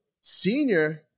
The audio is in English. senior